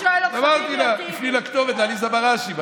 אמרתי לה: תפני לכתובת, עליזה בראשי.